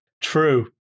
True